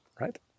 right